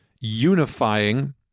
unifying